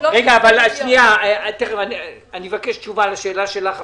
אני אבקש תשובה לשאלה שלך,